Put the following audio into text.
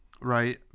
right